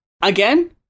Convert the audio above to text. again